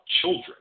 children